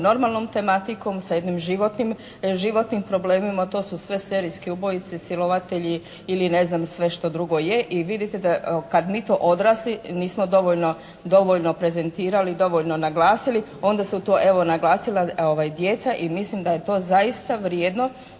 normalnom tematikom, sa jednim životnim problemima, to su sve serijski ubojice, silovatelji ili ne znam sve što drugo je i vidite kad mi to odrasli nismo dovoljno prezentirali, dovoljno naglasili onda su to evo naglasila djeca i mislim da je to zaista vrijedno